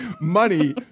Money